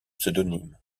pseudonymes